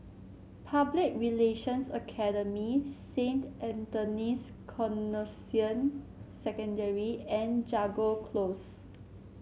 Public Relations Academy Saint Anthony's Canossian Secondary and Jago Close